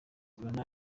rihanna